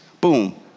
boom